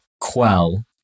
quell